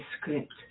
script